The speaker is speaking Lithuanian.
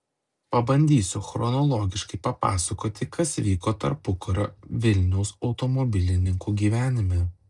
pabandysiu chronologiškai papasakoti kas vyko tarpukario vilniaus automobilininkų gyvenime